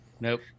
Nope